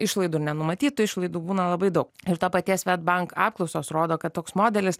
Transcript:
išlaidų nenumatytų išlaidų būna labai daug ir to paties swedbank apklausos rodo kad toks modelis